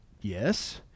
yes